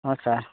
ହଁ ସାର୍